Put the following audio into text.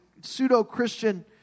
pseudo-Christian